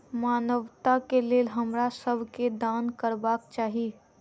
मानवता के लेल हमरा सब के दान करबाक चाही